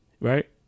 right